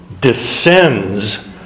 descends